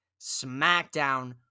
SmackDown